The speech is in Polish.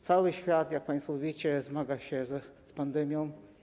Cały świat, jak państwo wiecie, zmaga się z pandemią.